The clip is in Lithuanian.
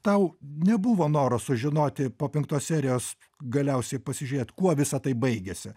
tau nebuvo noro sužinoti po penktos serijos galiausiai pasižiūrėt kuo visa tai baigėsi